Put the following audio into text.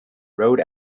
rode